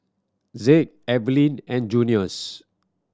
Zeke Eveline and Junious